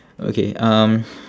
okay um